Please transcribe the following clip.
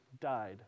died